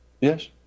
yes